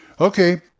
okay